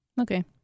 Okay